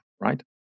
right